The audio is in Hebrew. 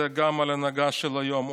זה גם על ההנהגה של היום.